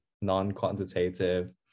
non-quantitative